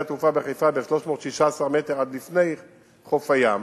התעופה בחיפה ב-316 מטר עד לפני חוף הים,